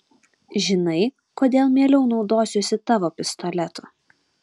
žinai kodėl mieliau naudosiuosi tavo pistoletu